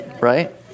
Right